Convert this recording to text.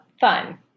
Fun